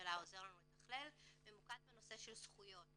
הממשלה שעוזר לנו לתכלל, ממוקד בנושא של זכויות.